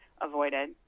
avoided